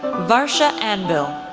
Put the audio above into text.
varsha anbil,